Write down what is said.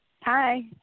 Hi